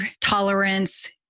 tolerance